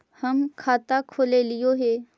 हम खाता खोलैलिये हे?